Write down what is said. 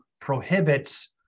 prohibits